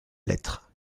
lettres